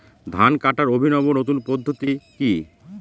ধান কাটার অভিনব নতুন পদ্ধতিটি কি?